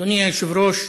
אדוני היושב-ראש,